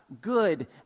good